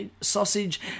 sausage